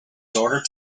daughter